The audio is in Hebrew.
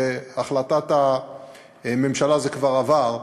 בהחלטת הממשלה זה כבר עבר,